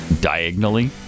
diagonally